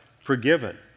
forgiven